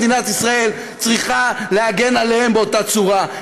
מדינת ישראל צריכה להגן עליהם באותה צורה.